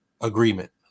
agreement